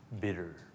bitter